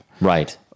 Right